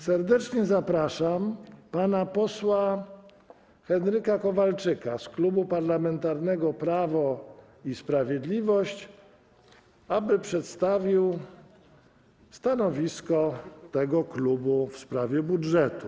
Serdecznie zapraszam pana posła Henryka Kowalczyka z Klubu Parlamentarnego Prawo i Sprawiedliwość, aby przedstawił stanowisko tego klubu w sprawie budżetu.